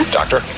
doctor